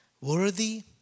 worthy